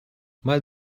mal